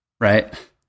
right